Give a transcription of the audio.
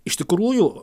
iš tikrųjų